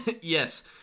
Yes